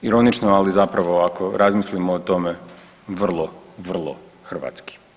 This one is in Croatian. Ironično ali zapravo ako razmislimo o tome vrlo, vrlo hrvatski.